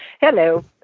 Hello